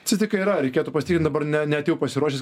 cizikai yra reikėtų pasitikrint dabar ne ne neatėjau pasiruošęs